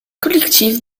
collectif